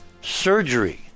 Surgery